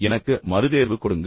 எனக்கு மறுதேர்வு கொடுங்கள்